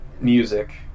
music